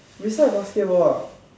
beside basketball ah